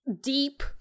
deep